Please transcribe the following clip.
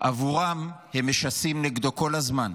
עבורם, הם משסים נגדו כל הזמן.